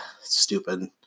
Stupid